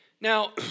Now